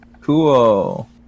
Cool